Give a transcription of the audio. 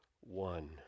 one